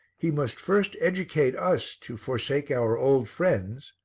he must first educate us to forsake our old friends,